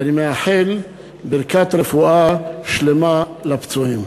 ואני מאחל רפואה שלמה לפצועים.